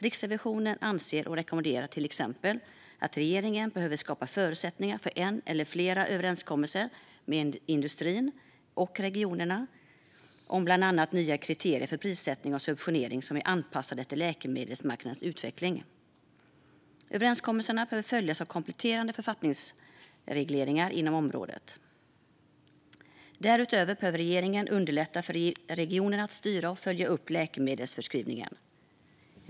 Riksrevisionen anser till exempel att regeringen behöver skapa förutsättningar för en eller flera överenskommelser med industrin och regionerna om bland annat nya kriterier för prissättning och subventionering som är anpassade efter läkemedelsmarknadens utveckling. Överenskommelserna behöver följas av kompletterande författningsregleringar inom området. Därutöver behöver regeringen underlätta för regionerna att styra och följa upp läkemedelsförskrivningen.